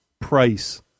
Price